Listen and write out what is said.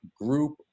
group